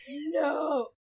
No